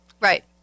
Right